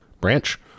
branch